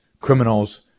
criminals